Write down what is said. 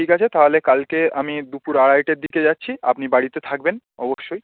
ঠিক আছে তাহলে কালকে আমি দুপুর আড়াইটের দিকে যাচ্ছি আপনি বাড়িতে থাকবেন অবশ্যই